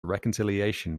reconciliation